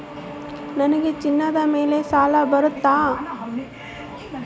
ನನಗೆ ಚಿನ್ನದ ಮೇಲೆ ಸಾಲ ಬರುತ್ತಾ?